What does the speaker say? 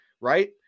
right